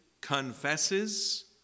confesses